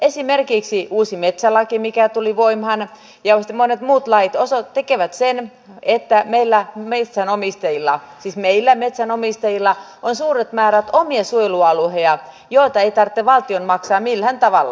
esimerkiksi uusi metsälaki mikä tuli voimaan ja monet muut lait tekevät sen että meillä metsänomistajilla on suuret määrät omia suojelualueita joita ei tarvitse valtion maksaa millään tavalla